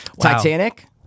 Titanic